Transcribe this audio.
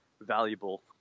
valuable